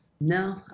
No